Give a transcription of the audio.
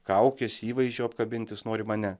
kaukės įvaizdžio apkabint jis nori mane